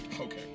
Okay